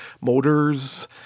motors